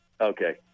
Okay